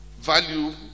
value